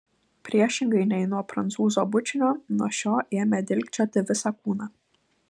priešingai nei nuo prancūzo bučinio nuo šio ėmė dilgčioti visą kūną